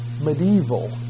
medieval